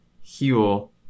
heal